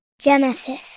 Genesis